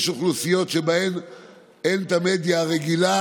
יש אוכלוסיות שבהן אין את המדיה הרגילה